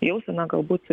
jausena galbūt